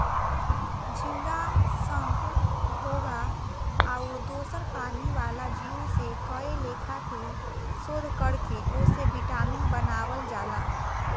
झींगा, संख, घोघा आउर दोसर पानी वाला जीव से कए लेखा के शोध कर के ओसे विटामिन बनावल जाला